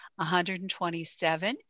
127